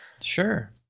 Sure